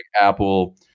Apple